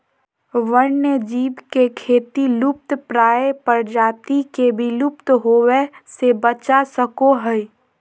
वन्य जीव के खेती लुप्तप्राय प्रजाति के विलुप्त होवय से बचा सको हइ